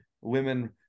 women